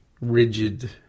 rigid